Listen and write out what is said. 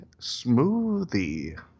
smoothie